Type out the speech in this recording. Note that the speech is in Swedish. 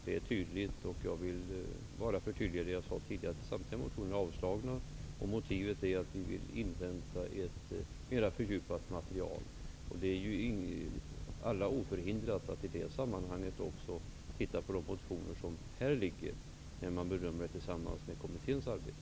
Det är tydligt, och jag vill bara upprepa det jag sagt tidigare: Samtliga motioner är avstyrkta, och motivet för det är att vi vill invänta ett mera fördjupat material. Det är alla oförhindrat att i det sammanhanget också titta på de motioner som här ligger och bedöma dem tillsammans med kommitténs arbete.